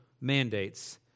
mandates